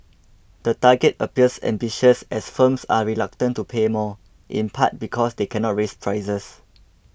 the target appears ambitious as firms are reluctant to pay more in part because they cannot raise prices